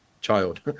child